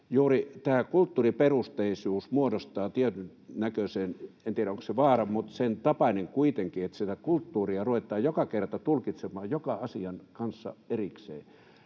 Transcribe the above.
Juuri tämä kulttuuriperusteisuus muodostaa tietyn näköisen asian — en tiedä onko se vaara, mutta sen tapainen kuitenkin — että sitä kulttuuria ruvetaan joka kerta tulkitsemaan joka asian kanssa erikseen.